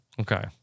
Okay